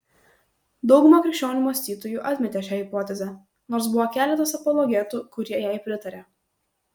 dauguma krikščionių mąstytojų atmetė šią hipotezę nors buvo keletas apologetų kurie jai pritarė